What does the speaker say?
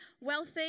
wealthy